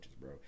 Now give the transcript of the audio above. bro